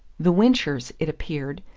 the winchers, it appeared,